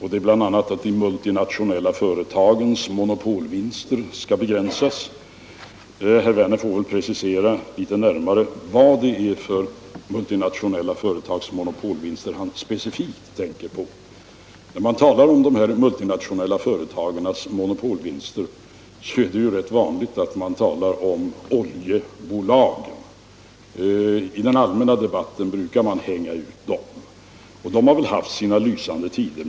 Det är bl.a. de multinationella företagens monopolvinster som skall begränsas. Herr Werner får väl precisera litet närmare vilka vinster han specifikt tänker på. När man talar om de multinationella företagens monopolvinster är det rätt vanligt att man tänker på oljebolagen. I den allmänna debatten brukar man hänga ut dem, och de har väl haft sina lysande tider.